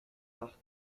arcs